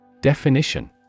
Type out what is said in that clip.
Definition